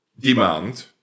demand